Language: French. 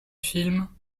film